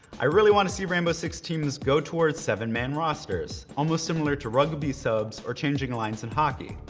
i really wanna see rainbow six teams go toward seven man rosters. almost similar to rugby subs or changing lines in hockey.